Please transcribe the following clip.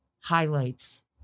highlights